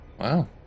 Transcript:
Wow